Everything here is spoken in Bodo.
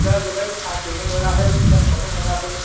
जिला जोब्बाय खाथेनो मोनाखै समखौनो मोनाखै